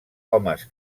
homes